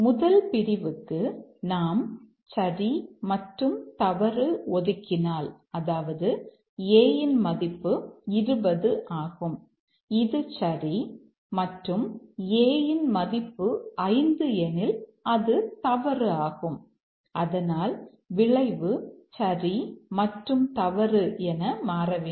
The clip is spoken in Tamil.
முதல் பிரிவுக்கு நாம் சரி மற்றும் தவறு ஒதுக்கினால் அதாவது a இன் மதிப்பு 20 ஆகும் இது சரி மற்றும் a இன் மதிப்பு 5 எனில் அது தவறு ஆகும் அதனால் விளைவு சரி மற்றும் தவறு என மாற வேண்டும்